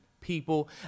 People